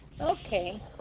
Okay